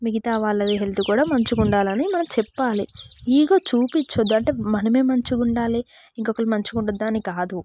మిగతా వాళ్ళవి హెల్త్ కూడా మంచిగా ఉండాలని మనం చెప్పాలి అంటే ఈగో చూపించద్దు అంటే మనం మంచిగా ఉండాలి ఇంకొకరు మంచిగా ఉండద్దు అని కాదు